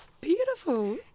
Beautiful